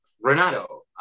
Renato